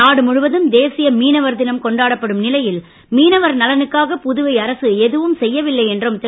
நாடு முழுவதும் தேசிய மீனவர் தினம் கொண்டாடப்படும் நிலையில் மீனவர் நலனுக்காக புதுவை அரசு எதுவும் செய்யவில்லை என்றும் திரு